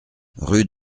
rue